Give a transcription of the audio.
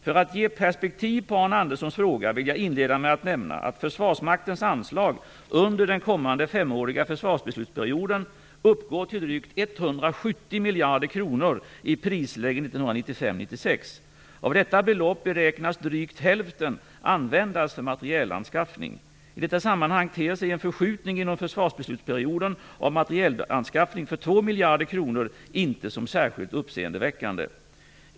För att ge perspektiv på Arne Anderssons fråga vill jag inleda med att nämna att Försvarsmaktens anslag under den kommande femåriga försvarsbeslutsperioden uppgår till drygt 170 miljarder kronor i prisläge 1995/96. Av detta belopp beräknas drygt hälften användas för materielanskaffning. I detta sammanhang ter sig en förskjutning inom försvarsbeslutsperioden av materielanskaffning för 2 miljarder kronor inte som särskilt uppseendeväckande.